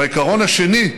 והעיקרון השני,